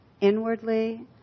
inwardly